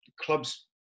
clubs